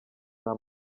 nta